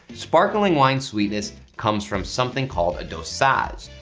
sparkling wine sweetness comes from something called a dosage.